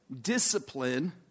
discipline